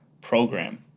program